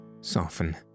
soften